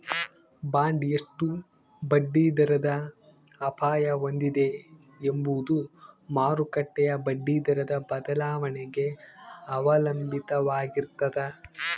bond ಎಷ್ಟು ಬಡ್ಡಿದರದ ಅಪಾಯ ಹೊಂದಿದೆ ಎಂಬುದು ಮಾರುಕಟ್ಟೆಯ ಬಡ್ಡಿದರದ ಬದಲಾವಣೆಗೆ ಅವಲಂಬಿತವಾಗಿರ್ತದ